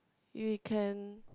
we can